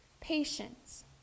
patience